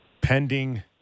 pending